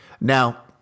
now